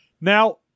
Now